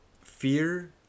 fear